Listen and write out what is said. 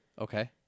Okay